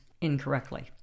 incorrectly